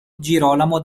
girolamo